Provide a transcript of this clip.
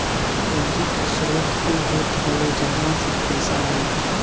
पूंजी के स्रोत उ होत हवे जहवा से पईसा आए